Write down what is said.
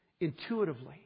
intuitively